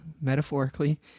metaphorically